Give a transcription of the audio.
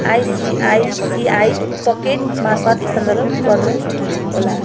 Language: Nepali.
आइसिआइसिआई पकेटमार्फत् स्थानान्तर गर्नुहोला